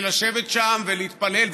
לשבת שם ולהתפלל,